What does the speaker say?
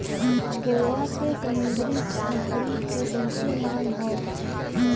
गोवा के समुंदरी मछरी के बहुते मांग हौ